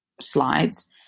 Slides